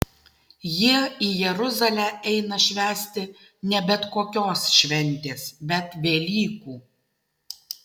jie į jeruzalę eina švęsti ne bet kokios šventės bet velykų